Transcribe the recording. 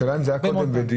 השאלה אם זה היה קודם בדיון.